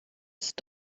ist